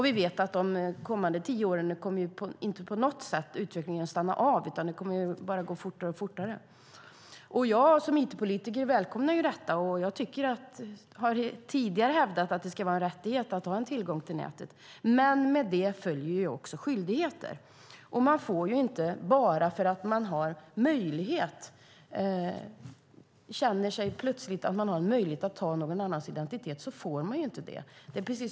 Vi vet att utvecklingen inte kommer att stanna av på något sätt under de kommande tio åren, utan det kommer bara att gå fortare och fortare. Jag som it-politiker välkomnar detta, och jag har tidigare hävdat att det ska vara en rättighet att ha tillgång till nätet. Men med det följer också skyldigheter. Bara för att man har möjlighet att ta någon annans identitet får man inte göra det.